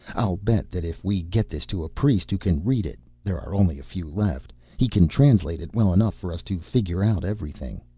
i'll bet that if we get this to a priest who can read it there are only a few left he can translate it well enough for us to figure out everything.